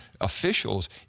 officials